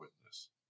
witness